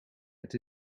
het